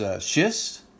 schist